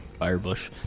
Firebush